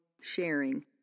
sharing